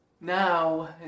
Now